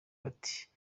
bati